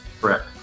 Correct